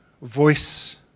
voice